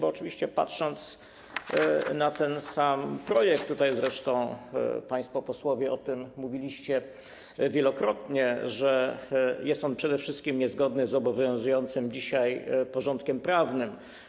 Oczywiście patrzę na ten sam projekt - zresztą państwo posłowie mówiliście wielokrotnie o tym, że jest on przede wszystkim niezgodny z obowiązującym dzisiaj porządkiem prawnym.